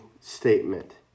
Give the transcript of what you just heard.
statement